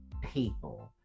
people